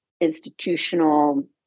institutional